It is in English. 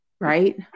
right